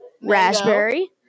raspberry